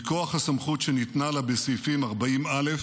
מכוח הסמכות שניתנה לה בסעיפים 40(א)